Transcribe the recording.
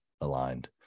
aligned